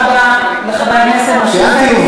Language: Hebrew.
באמת.